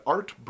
Art